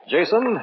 Jason